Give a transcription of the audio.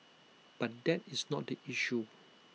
but that is not the issue